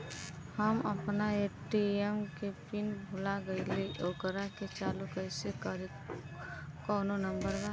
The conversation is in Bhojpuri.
हम अपना ए.टी.एम के पिन भूला गईली ओकरा के चालू कइसे करी कौनो नंबर बा?